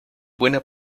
buena